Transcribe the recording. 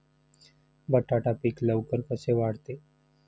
बटाटा पीक लवकर कसे वाढते?